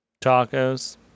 tacos